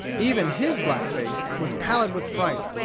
even his black face was pallid with fright,